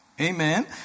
Amen